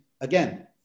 again